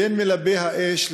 בין מלבי האש,